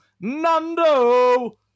Nando